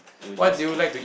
you just keep